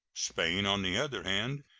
spain, on the other hand,